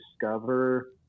discover